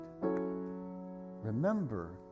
Remember